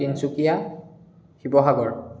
Tinsukia Sivasagar